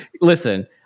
listen